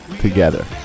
together